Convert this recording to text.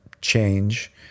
change